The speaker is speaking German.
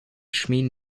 schmieden